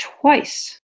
twice